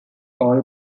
all